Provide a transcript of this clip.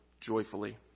joyfully